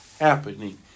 happening